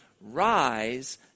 rise